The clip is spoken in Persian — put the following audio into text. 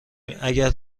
اگر